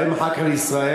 באים אחר כך לישראל,